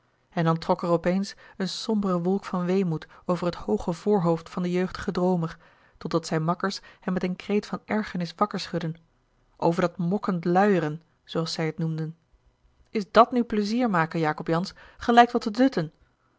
en dan trok er op eens een sombere wolk van weemoed over het hooge voorhoofd van den jeugdigen droomer totdat zijne makkers hem met een kreet van ergernis wakker schudden over dat mokkend luieren zooals zij het noemden is dat nu pleizier maken jacob jansz ge lijkt wel te dutten